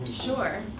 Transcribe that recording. sure.